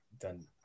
done